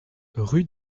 rue